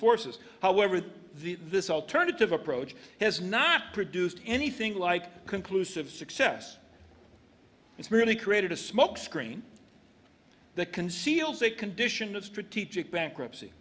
forces however the this alternative approach has not produced anything like conclusive success it's merely created a smokescreen that conceals a condition of strategic bankruptcy